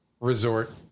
resort